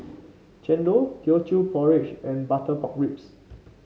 chendol Teochew Porridge and Butter Pork Ribs